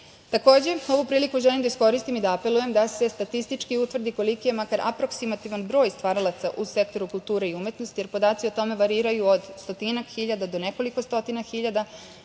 način. Takođe, ovu priliku želim da iskoristim i da apelujem da se statistički utvrdi koliki je makar aproksimativan broj stvaralaca u sektoru kulture i umetnosti jer podaci o tome variraju od stotinak hiljada do nekoliko stotina hiljada